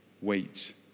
wait